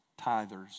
tithers